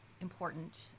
important